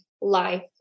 life